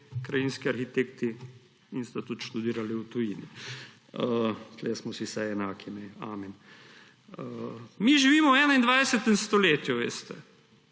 krajinski arhitekti in sta tudi študirali v tujini. Vsaj tu smo si enaki, kajne, amen. Mi živimo v 21. stoletju, veste.